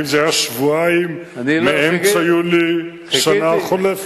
אם זה היה שבועיים מאמצע יולי שנה חולפת.